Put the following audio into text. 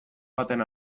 baten